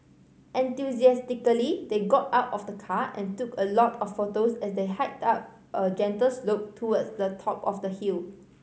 enthusiastically they got out of the car and took a lot of photos as they hiked up a gentle slope towards the top of the hill